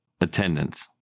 attendance